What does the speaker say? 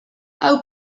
hau